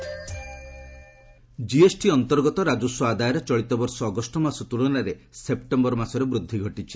GST revenue GST ଅନ୍ତର୍ଗତ ରାଜସ୍ୱ ଆଦାୟରେ ଚଳିତ ବର୍ଷ ଅଗଷ୍ଟ ମାସ ତୁଳନାରେ ସେପ୍ଟେମ୍ବର ମାସରେ ବୃଦ୍ଧି ଘଟିଛି